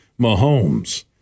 Mahomes